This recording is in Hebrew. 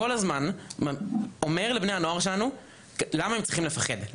כל הזמן אומר לבני הנוער שלנו למה הם צריכים לפחד,